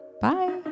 bye